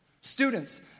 Students